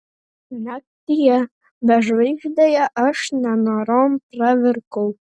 naktyje bežvaigždėje aš nenorom pravirkau